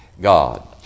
God